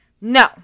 No